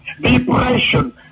depression